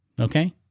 Okay